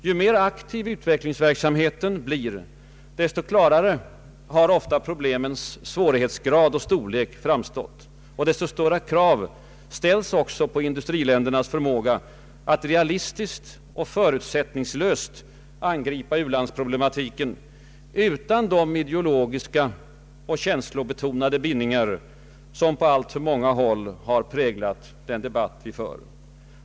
Ju mer aktiv utvecklingsverksamheten blir, desto klarare har ofta problemens svårighetsgrad och storlek framstått och desto större krav ställs också på industriländernas förmåga att realistiskt och förutsättningslöst angripa u-landsproblematiken utan de ideologiska och känslobetonade bindningar som på alltför många håll har präglat den debatt vi för.